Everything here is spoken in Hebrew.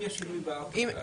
אם יש שינוי בארטיקל,